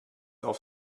auf